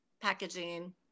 packaging